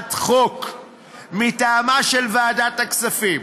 הצעת חוק מטעמה של ועדת הכספים